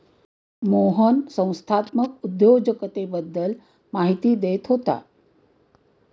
मोहन संस्थात्मक उद्योजकतेबद्दल माहिती देत होता